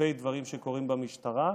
כלפי דברים שקורים במשטרה.